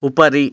उपरि